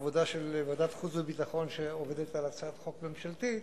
העבודה של ועדת החוץ והביטחון שעובדת על הצעת חוק ממשלתית,